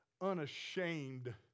unashamed